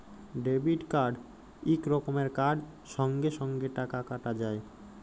debit card ইক রকমের card সঙ্গে সঙ্গে টাকা কাটা যায়